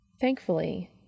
Thankfully